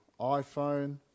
iPhone